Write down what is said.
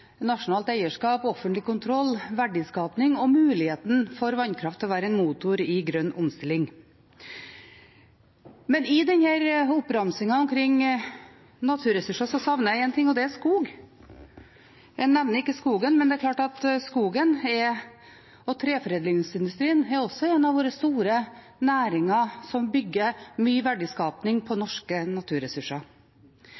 nasjonalt eierskap og offentlig kontroll, verdiskaping og muligheten for vannkraft til å være en motor i grønn omstilling. I denne oppramsingen av naturressurser savner jeg én ting, og det er skog. En nevner ikke skogen, men det er klart at skogen og treforedlingsindustrien også er en av våre store næringer, som bygger mye verdiskaping på